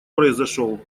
произошёл